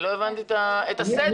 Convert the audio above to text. לא הבנתי את הסדר.